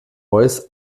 voice